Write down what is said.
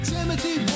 Timothy